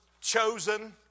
chosen